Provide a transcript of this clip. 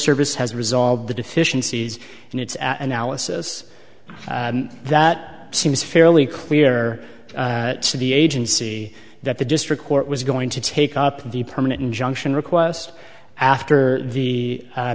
service has resolved the deficiencies in its analysis that seems fairly clear to the agency that the district court was going to take up the permanent injunction request after the